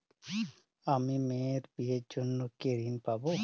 আমি মেয়ের বিয়ের জন্য কি ঋণ পাবো?